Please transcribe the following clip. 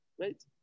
right